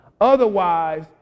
Otherwise